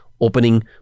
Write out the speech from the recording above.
opening